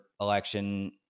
election